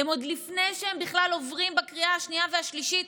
עוד לפני שהם בכלל עוברים בקריאה השנייה והשלישית,